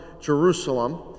Jerusalem